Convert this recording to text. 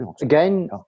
again